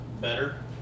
better